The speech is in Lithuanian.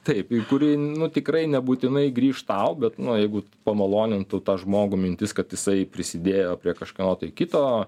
taip ir kuri nu tikrai nebūtinai grįš tau bet na jeigu pamalonintų tą žmogų mintis kad jisai prisidėjo prie kažkieno kito